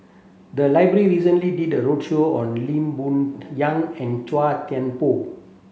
the library recently did a roadshow on Lee Boon Yang and Chua Thian Poh